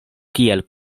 tiel